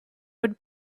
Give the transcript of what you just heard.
would